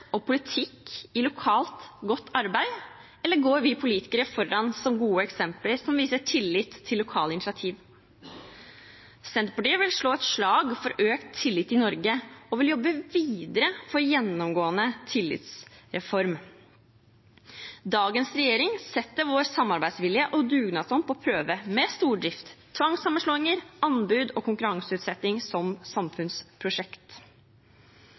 og politikk i lokalt godt arbeid, eller går vi politikere foran som gode eksempler som viser tillit til lokale initiativ? Senterpartiet vil slå et slag for økt tillit i Norge og vil jobbe videre for en gjennomgående tillitsreform. Dagens regjering setter vår samarbeidsvilje og dugnadsånd på prøve, med stordrift, tvangssammenslåinger, anbud og konkurranseutsetting som samfunnsprosjekt.